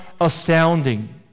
astounding